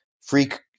Freak